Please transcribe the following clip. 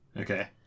okay